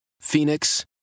Phoenix